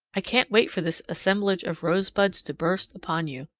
i can't wait for this assemblage of rosebuds to burst upon you.